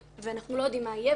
ואנחנו לא יודעים מה יהיה.